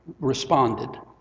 responded